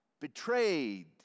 betrayed